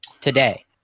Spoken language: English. today